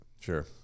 Sure